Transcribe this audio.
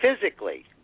physically